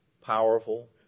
powerful